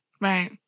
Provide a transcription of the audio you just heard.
right